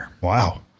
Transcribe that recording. Wow